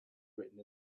written